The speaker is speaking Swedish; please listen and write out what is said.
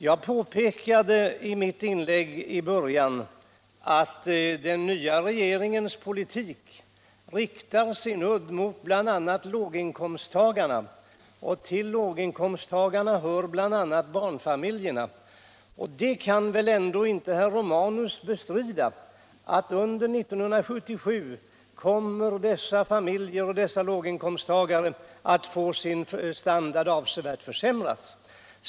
Jag påpekade i början av mitt inlägg att den nya regeringens politik riktar sin udd mot låginkomsttagarna, och till den gruppen hör barnfamiljerna. Herr Romanus kan väl ändå inte bestrida att låginkomsttagarna under 1977 kommer att få sin standard avsevärt försämrad!